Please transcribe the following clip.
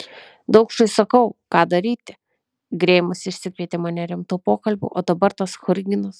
daukšui sakau ką daryti greimas išsikvietė mane rimto pokalbio o dabar tas churginas